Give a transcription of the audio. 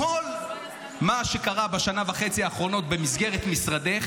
כל מה שקרה בשנה וחצי האחרונות במסגרת משרדך